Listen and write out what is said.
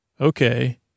Okay